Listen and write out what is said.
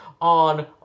on